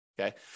Okay